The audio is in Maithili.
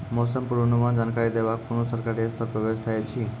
मौसम पूर्वानुमान जानकरी देवाक कुनू सरकारी स्तर पर व्यवस्था ऐछि?